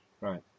right